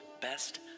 best